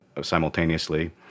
simultaneously